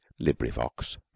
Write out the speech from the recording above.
Librivox